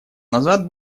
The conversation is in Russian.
назад